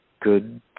good